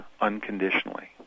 unconditionally